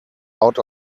out